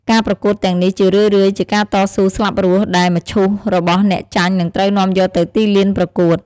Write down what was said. ការប្រកួតទាំងនេះជារឿយៗជាការតស៊ូស្លាប់រស់ ដែលមឈូសរបស់អ្នកចាញ់នឹងត្រូវនាំយកទៅទីលានប្រកួត។